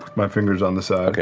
my fingers on the side.